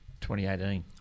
2018